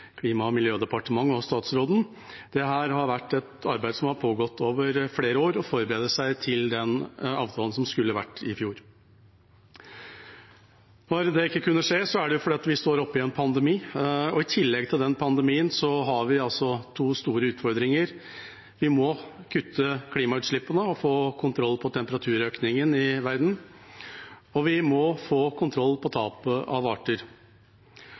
Klima- og miljødepartementet og statsråden. Dette er et arbeid som har pågått over flere år – å forberede seg til den avtalen som skulle vært gjort i fjor. Når det ikke kunne skje, er det jo fordi vi står oppe i en pandemi. I tillegg til pandemien har vi fått to store utfordringer – vi må kutte klimautslippene og få kontroll på temperaturøkningen i verden, og vi må få kontroll på tapet av arter.